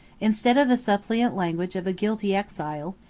instead of the suppliant language of a guilty exile,